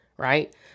Right